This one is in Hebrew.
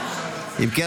מילואים),